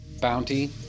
Bounty